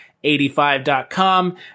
85.com